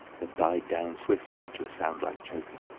that died down swiftly to a sound like choking.